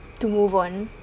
to move on